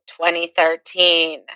2013